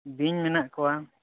ᱵᱤᱧ ᱢᱮᱱᱟᱜ ᱠᱚᱣᱟ